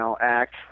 act